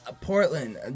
Portland